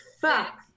Fuck